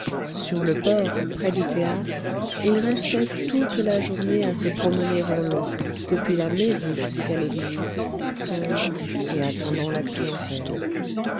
sur le port près du théâtre il restait toute la journée à se promener en long depuis la mairie jusqu'à l'église sombre et attendant la clientèle